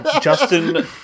Justin